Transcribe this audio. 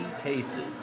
cases